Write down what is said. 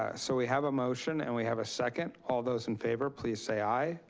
ah so we have a motion and we have a second. all those in favor please say aye.